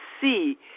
see